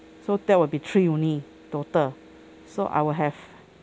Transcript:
so that will be three only total so I will have